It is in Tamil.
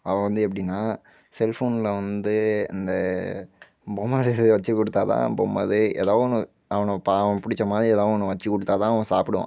அவன் வந்து எப்படினா செல் ஃபோன்ல வந்து அந்த பொம்மை வீடியோ வச்சிக்கொடுத்தாதான் பொம்மை அதே ஏதோ ஒன்று அவனை அவன் பிடிச்சமாரி எதாது ஒன்று வச்சிக்கொடுத்தாதான் அவன் சாப்பிடுவான்